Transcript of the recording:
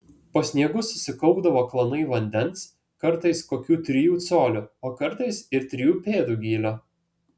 po sniegu susikaupdavo klanai vandens kartais kokių trijų colių o kartais ir trijų pėdų gylio